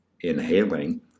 Inhaling